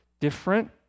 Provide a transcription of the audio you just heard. different